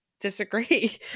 disagree